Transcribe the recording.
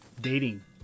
dating